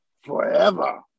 Forever